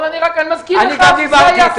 אני רק מזכיר לך,